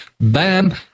bam